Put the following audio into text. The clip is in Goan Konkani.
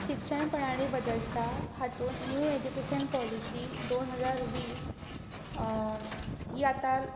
शिक्षण प्रणाली बदलता हातूंत न्यू एड्यूकेशन पॉलिसी दोन हजार वीस ही आतां